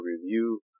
Review